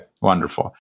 Wonderful